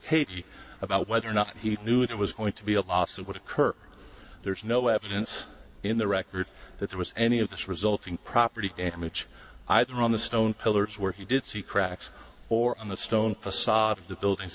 t about whether or not he knew it was going to be a loss of what occurred there's no evidence in the record that there was any of this resulting property damage either on the stone pillars where he did see cracks or on the stone facade of the buildings